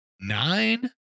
nine